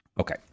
Okay